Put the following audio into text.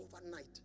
overnight